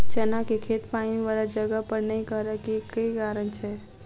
चना केँ खेती पानि वला जगह पर नै करऽ केँ के कारण छै?